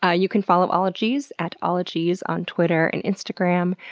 ah you can follow ologies at ologies on twitter and instagram.